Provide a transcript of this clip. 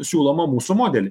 siūlomą mūsų modelį